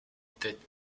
tête